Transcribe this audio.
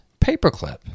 paperclip